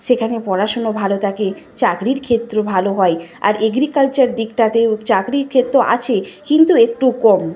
সেখানে পড়াশুনো ভালো থাকে চাকরির ক্ষেত্র ভালো হয় আর এগ্রিকালচার দিকটাতেও চাকরির ক্ষেত্র আছে কিন্তু একটু কম